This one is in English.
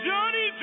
Johnny